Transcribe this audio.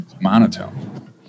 monotone